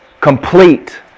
complete